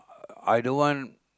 I don't want